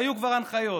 והיו כבר הנחיות,